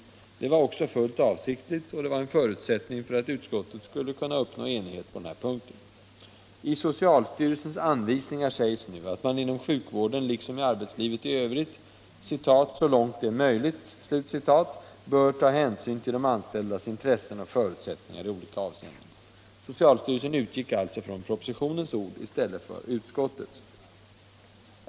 Det var också fullt avsiktligt, och det var en förutsättning för att utskottet skulle kunna uppnå enighet på denna punkt. I socialstyrelsens anvisningar sägs nu att man inom sjukvården liksom i arbetslivet i övrigt ”så långt det är möjligt” bör ta hänsyn till de anställdas intressen och förutsättningar i olika avseenden. Socialstyrelsen utgick alltså ifrån propositionens ord i stället för från utskottets.